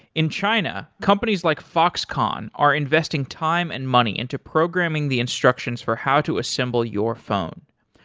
in china, companies like foxconn are investing time and money into programming the instructions for how to assemble your phone.